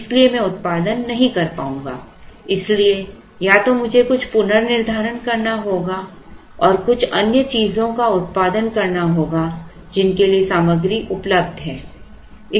इसलिए मैं उत्पादन नहीं कर पाऊंगा इसलिए या तो मुझे कुछ पुनर्निर्धारण करना होगा और कुछ अन्य चीजों का उत्पादन करना होगा जिनके लिए सामग्री उपलब्ध है